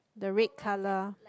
the red colour